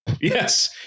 Yes